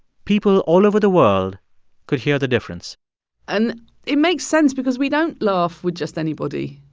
people all over the world could hear the difference and it makes sense because we don't laugh with just anybody.